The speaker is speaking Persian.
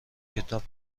کتاب